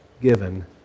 given